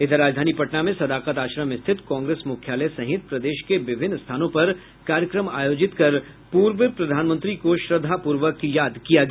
इधर राजधानी पटना में सदाकत आश्रम स्थित कांग्रेस मुख्यालय सहित प्रदेश के विभिन्न स्थानों पर कार्यक्रम आयोजित कर पूर्व प्रधानमंत्री को श्रद्धापूर्वक याद किया गया